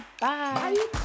Bye